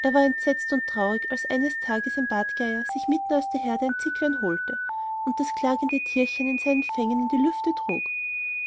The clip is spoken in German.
er war entsetzt und traurig als eines tages ein bartgeier sich mitten aus der herde ein zicklein holte und das klagende tierchen in seinen fängen in die lüfte trug